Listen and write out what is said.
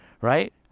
right